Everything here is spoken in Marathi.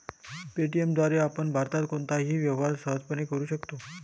पे.टी.एम द्वारे आपण भारतात कोणताही व्यवहार सहजपणे करू शकता